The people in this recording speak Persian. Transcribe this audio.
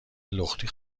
لختی